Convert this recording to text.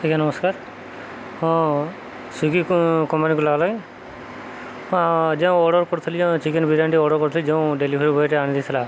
ଆଜ୍ଞା ନମସ୍କାର ହଁ ସ୍ଵିଗି କମ୍ପାନୀକୁ ଲାଗିଲା ହଁ ଯେଉଁ ଅର୍ଡ଼ର୍ କରିଥିଲି ଯେଉଁ ଚିକେନ୍ ବିରିୟାନୀ ଅର୍ଡ଼ର୍ କରିଥିଲି ଯେଉଁ ଡ଼େଲିଭରି ବଏଟା ଆଣିଦେଇଥିଲା